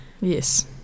Yes